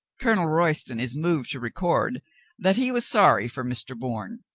colonel royston is moved to record that he was sorry for mr. bourne.